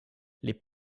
les